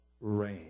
rain